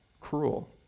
cruel